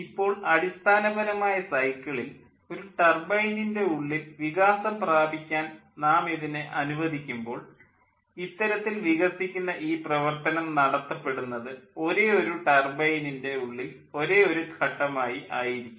ഇപ്പോൾ അടിസ്ഥാനപരമായ സൈക്കിളിൽ ഒരു ടർബൈനിൻ്റെ ഉള്ളിൽ വികാസം പ്രാപിക്കാൻ ഇതിനെ നാം അനുവദിക്കുമ്പോൾ ഇത്തരത്തിൽ വികസിക്കുന്ന ഈ പ്രവർത്തനം നടത്തപ്പെടുന്നത് ഒരേയൊരു ടർബൈനിൻ്റെ ഉള്ളിൽ ഒരേയൊരു ഘട്ടമായി ആയിരിക്കും